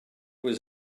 was